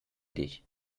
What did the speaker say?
dich